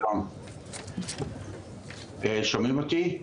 שלום, שומעים אותך?